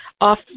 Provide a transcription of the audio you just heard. off